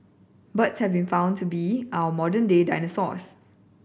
birds have been found to be our modern day dinosaurs